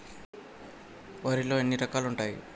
వరిలో ఎన్ని రకాలు ఉంటాయి?